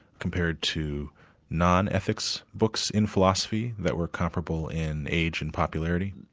compared to non-ethics books in philosophy that were comparable in age and popularity.